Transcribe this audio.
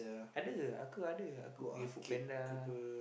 ada aku ada with FoodPanda lah